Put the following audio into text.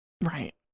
Right